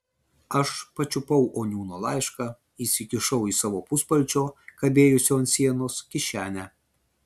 aš pačiupau oniūno laišką įsikišau į savo puspalčio kabėjusio ant sienos kišenę